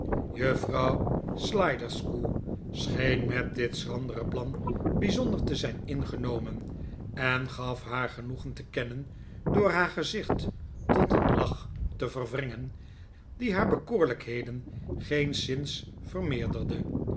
juffrouw sliderskew scheen met dit schrandere plan bijzonder te zijn ingenomen en gaf haar genoegen te kennen door haar gezicht tot een lach te verwringen die haar bekoorlijkheden geenszins vermeerderde